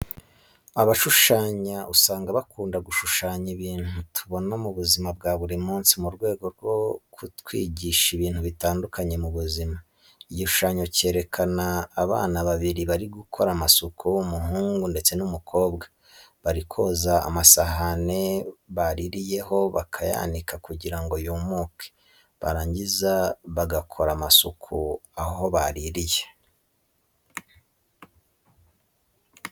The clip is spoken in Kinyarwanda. Abashushanya usanga bakunda gushushanya ibintu tubona mu buzima bwa buri munsi, mu rwego rwo kutwigisha ibintu bitandukanye mu buzima. Igishushanyo cyerekana abana babiri bari gukora amasuku, umuhungu, ndetse n'umukobwa. Bari koza amasahane bariririyeho bakayanika kugira ngo yumuke, barangiza bagakora amasuku aho baririye.